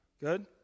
good